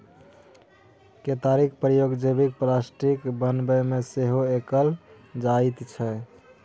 केतारीक प्रयोग जैबिक प्लास्टिक बनेबामे सेहो कएल जाइत छै